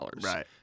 Right